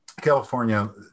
California